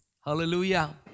Hallelujah